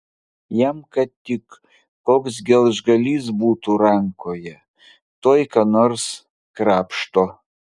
jam kad tik koks gelžgalys būtų rankoje tuoj ką nors krapšto